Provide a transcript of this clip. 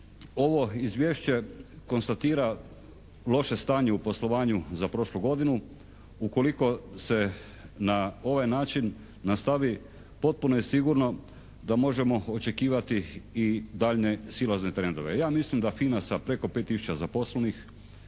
ovo izvješće konstatira loše stanje u poslovanju za prošlu godinu. Ukoliko se na ovaj način nastavi potpuno je sigurno da možemo očekivati i daljnje silazne trendove. Ja mislim da FINA sa preko 5 tisuća zaposlenih,